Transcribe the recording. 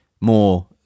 more